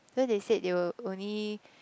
cause they said they will only